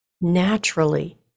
naturally